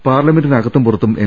പാർലമെന്റിന് അകത്തും പുറത്തും എം